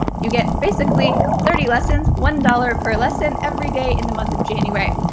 you get basically thirty lessons, one dollar per lesson, every day in the month of january.